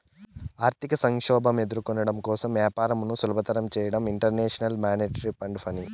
ఆర్థిక సంక్షోభం ఎదుర్కోవడం కోసం వ్యాపారంను సులభతరం చేయడం ఇంటర్నేషనల్ మానిటరీ ఫండ్ పని